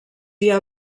dia